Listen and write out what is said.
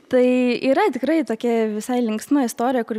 tai yra tikrai tokia visai linksma istorija kur